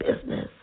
business